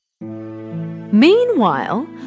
Meanwhile